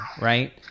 right